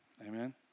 Amen